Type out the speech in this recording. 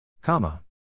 comma